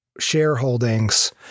shareholdings